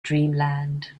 dreamland